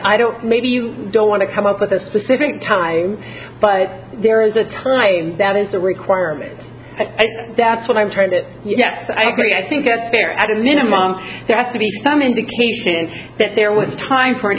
i don't maybe you don't want to come up with a specific time but there is a tie that is a requirement that's what i'm trying to yes i agree i think that's fair at a minimum to be some indication that there was time for an